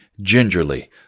gingerly